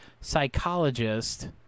psychologist